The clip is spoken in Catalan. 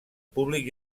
públic